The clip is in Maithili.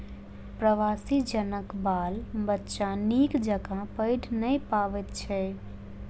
प्रवासी जनक बाल बच्चा नीक जकाँ पढ़ि नै पबैत छै